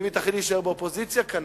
ואם היא תחליט להישאר באופוזיציה, כנ"ל.